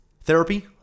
therapy